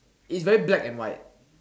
it's very black and white